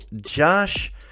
Josh